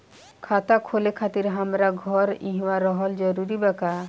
खाता खोले खातिर हमार घर इहवा रहल जरूरी बा का?